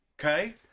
Okay